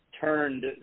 turned